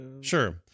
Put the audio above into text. sure